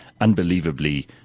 unbelievably